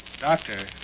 Doctor